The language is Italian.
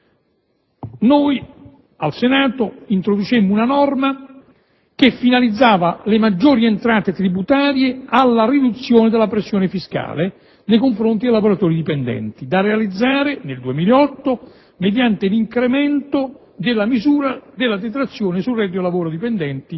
norma che introducemmo al Senato finalizzava le maggiori entrate tributarie alla riduzione della pressione fiscale nei confronti dei lavoratori dipendenti, da realizzare nel 2008 mediante l'incremento della misura della detrazione sul reddito da lavoro dipendente,